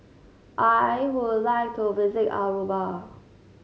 I would like to visit Aruba